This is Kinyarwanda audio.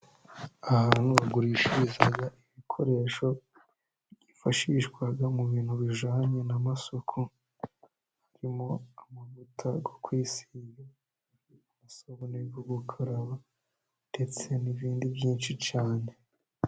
Ahantu hagurishiriza ibikoresho byifashishwa mu bintu bijyanye n'amasoko harimo amavuta yo kwisiga, amasabune yo gukaraba ndetse n'ibindi byinshi cyane.